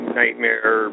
nightmare